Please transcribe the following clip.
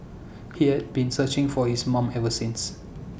he has been searching for his mom ever since